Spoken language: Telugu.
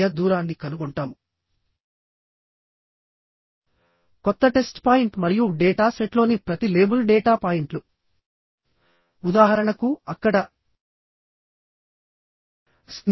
మరొకటి డక్ట్ లిటి ఫ్యాక్టర్ మెంబర్స్ కి డక్ట్ లిటి ఎక్కువగా ఉంటే స్ట్రెంత్ పెరుగుతుంది